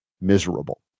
miserable